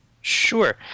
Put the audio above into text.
Sure